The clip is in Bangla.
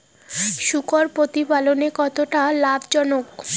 শূকর প্রতিপালনের কতটা লাভজনক?